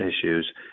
issues